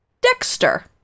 Dexter